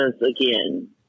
again